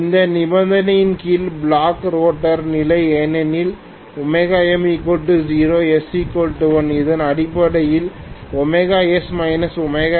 இந்த நிபந்தனையின் கீழ் பிளாக் ரோட்டார் நிலை ஏனெனில் ω m0 s1 இது அடிப்படையில்ω s ω mω s1